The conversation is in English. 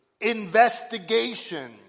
investigation